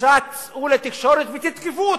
בבקשה תצאו לתקשורת ותתקפו אותי,